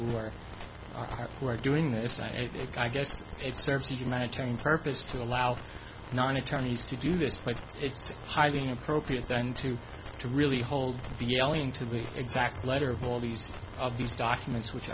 who are who are doing that it's a big i guess it serves humanitarian purpose to allow non attorneys to do this but it's highly inappropriate then to to really hold the yelling to be exact letter of all these of these documents which